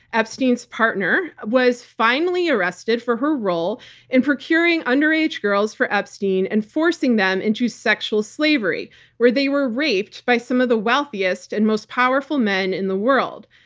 epstein's partner, was finally arrested for her role in procuring underage girls for epstein and forcing them into sexual slavery where they were raped by some of the wealthiest and most powerful men in the world.